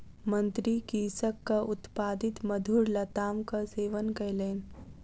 मंत्री कृषकक उत्पादित मधुर लतामक सेवन कयलैन